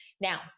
Now